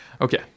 Okay